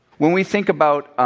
when we think about